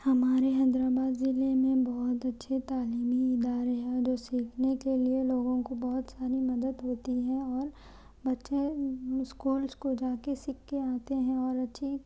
ہمارے حیدر آباد ضلع میں بہت اچھے تعلیمی ادارے ہیں اردو سیکھنے کے لئے لوگوں کو بہت ساری مدد ملتی ہے اور بچے اسکول کو جا کے سیکھ کے آتے ہیں اور اچھی